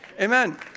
Amen